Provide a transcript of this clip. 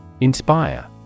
Inspire